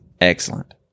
Excellent